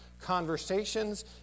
conversations